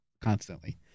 constantly